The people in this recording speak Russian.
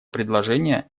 предложения